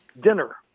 dinner